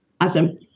Awesome